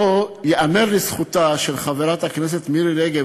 פה ייאמר לזכותה של חברת הכנסת מירי רגב,